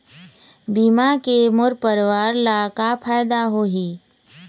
बीमा के मोर परवार ला का फायदा होही?